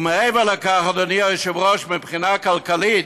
מעבר לכך, אדוני היושב-ראש, מבחינה כלכלית,